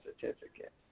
certificate